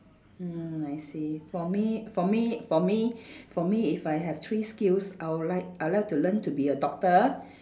mm I see for me for me for me for me if I have three skills I would like I would like to learn to be a doctor